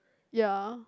ya